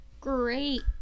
Great